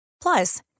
Plus